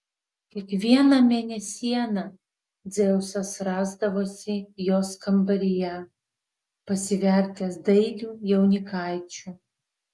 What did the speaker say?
kiekvieną mėnesieną dzeusas rasdavosi jos kambaryje pasivertęs dailiu jaunikaičiu